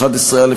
11א,